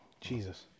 jesus